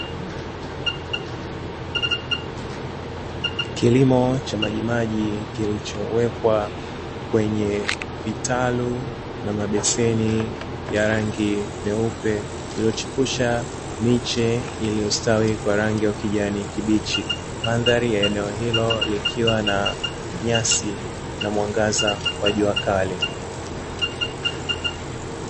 Kilimo cha majimaji kilichowekwa kwenye vitalu na mabeseni ya rangi nyeupe inayochipusha miche iliyostawi kwa rangi ya kijani kibichi. Mandhari ya eneo hilo likiwa na nyasi na mwangaza wa jua kali.